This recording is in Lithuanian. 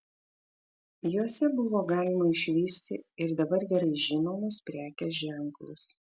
jose buvo galima išvysti ir dabar gerai žinomus prekės ženklus